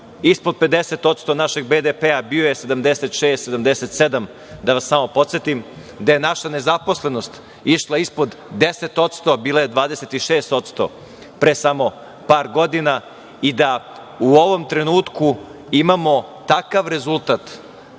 ispod 50% našeg BDP, bio je 76, 77% da vas samo podsetim, da je naša nezaposlenost išla ispod 10%, bila je 26% pre samo par godina i da u ovom trenutku imamo takav rezultat,